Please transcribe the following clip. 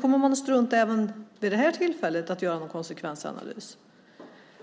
Kommer man även vid det tillfället att strunta i att göra en konsekvensanalys?